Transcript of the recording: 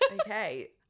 okay